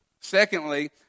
Secondly